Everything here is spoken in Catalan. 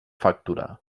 factura